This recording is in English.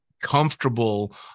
comfortable